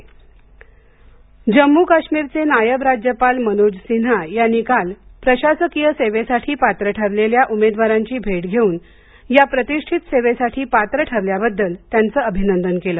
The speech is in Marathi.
जम्म काश्मीर प्रशासकीय सेवा जम्मू काश्मीरचे नायब राज्यपाल मनोज सिन्हा यांनी काल प्रशासकीय सेवेसाठी पात्र ठरलेल्या उमेदवारांची भेट घेऊन या प्रतिछित सेवेसाठी पात्र ठरल्याबद्दल त्यांचं अभिनंदन केलं